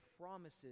promises